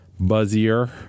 buzzier